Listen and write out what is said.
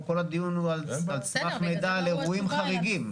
פה כל הדיון הוא על סמך מידע על אירועים חריגים.